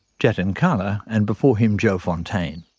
jatin kala, and before him joe fontaine.